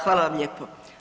Hvala vam lijepo.